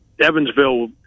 Evansville